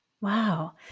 Wow